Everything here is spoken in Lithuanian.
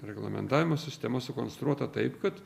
reglamentavimo sistema sukonstruota taip kad